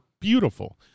beautiful